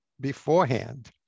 beforehand